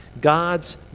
God's